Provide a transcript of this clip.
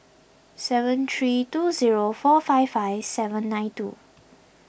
seven three two zero four five five seven nine two